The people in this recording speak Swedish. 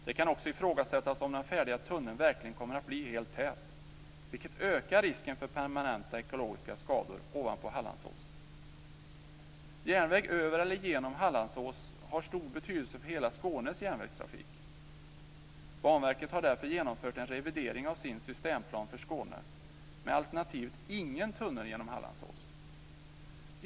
Det kan också ifrågasättas om den färdiga tunneln verkligen kommer att bli helt tät, vilket ökar risken för permanenta ekologiska skador ovanpå Järnvägen över eller igenom Hallandsås har stor betydelse för hela Skånes järnvägstrafik. Banverket har därför genomfört en revidering av sin systemplan för Skåne med alternativet ingen tunnel genom Hallandsås.